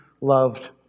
loved